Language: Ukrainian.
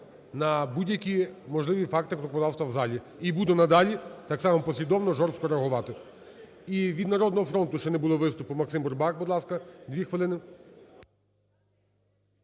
на будь-які можливі факти "кнопкодавства" в залі. І буду надалі так само послідовно жорстко реагувати. І від "Народного фронту" ще не було виступу. Максим Бурбак, будь ласка, 2 хвилин.